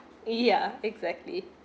ya exactly